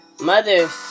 mothers